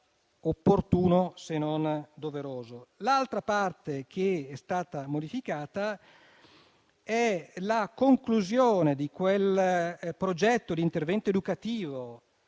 L'altra parte che è stata modificata è la conclusione di quel progetto di intervento educativo